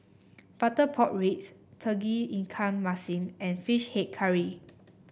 Butter Pork Ribs Tauge Ikan Masin and fish head curry